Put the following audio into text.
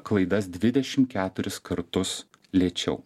klaidas dvidešim keturis kartus lėčiau